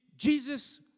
Jesus